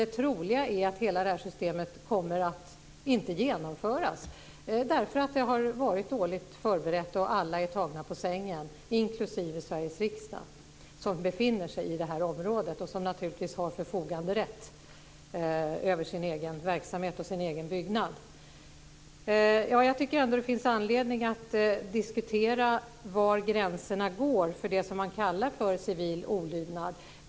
Det troliga är dock att allt detta inte kommer att genomföras, eftersom det har varit dåligt förberett och alla är tagna på sängen. Det gäller också för Sveriges riksdag, som befinner sig i det här området och som naturligtvis har förfoganderätt över sin egen verksamhet och sin egen byggnad. Jag tycker ändå att det finns anledning att diskutera var gränserna för det som man har kallat civil olydnad går.